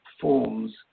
forms